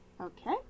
Okay